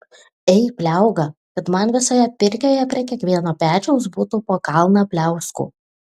ei pliauga kad man visoje pirkioje prie kiekvieno pečiaus būtų po kalną pliauskų